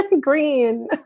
green